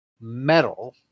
metal